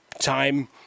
time